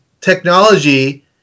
technology